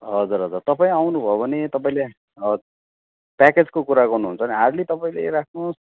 हजुर हजुर तपाईँ आउनु भयो भने तपाईँले हजुर प्याकेजको कुरा गर्नुहुन्छ भने हार्डली तपाईँले राख्नुहोस्